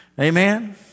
Amen